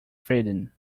freedom